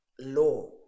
Law